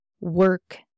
work